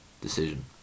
decision